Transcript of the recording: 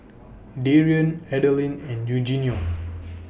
Darien Adilene and Eugenio